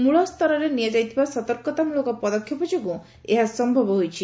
ମୂଳସ୍ତରରେ ନିଆଯାଇଥିବା ସତର୍କତାମୂଳକ ପଦକ୍ଷେପ ଯୋଗୁଁ ଏହା ସମ୍ଭବ ହୋଇଛି